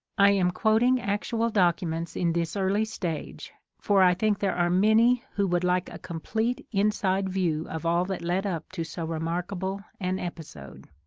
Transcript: i am quoting actual documents in this early stage, for i think there are many who would like a complete inside view of all that led up to so remarkable an episode.